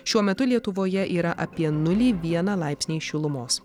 šiuo metu lietuvoje yra apie nulį vieną laipsnį šilumos